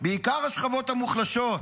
בעיקר השכבות המוחלשות.